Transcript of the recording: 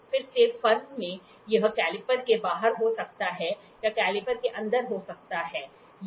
फिर से फर्म में यह कैलीपर के बाहर हो सकता है यह कैलीपर के अंदर हो सकता है